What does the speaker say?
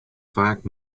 faak